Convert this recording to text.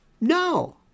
No